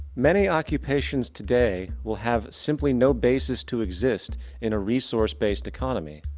many occupations today will have simply no basis to exist in a resourced based economy.